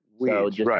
right